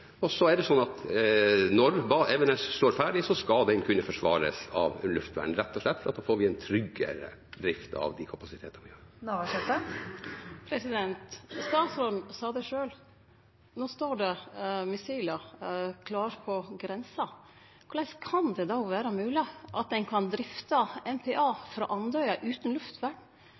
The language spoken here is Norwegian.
Når Evenes står ferdig, skal den kunne forsvares av luftvern, rett og slett fordi vi da får en tryggere drift av de kapasitetene vi har. Liv Signe Navarsete – til oppfølgingsspørsmål. Statsråden sa det sjølv: No står det missil klare på grensa. Korleis kan det då vere mogleg at ein kan drifte MPA frå Andøya utan luftvern,